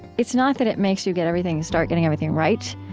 it's not that it makes you get everything start getting everything right.